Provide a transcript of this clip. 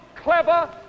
clever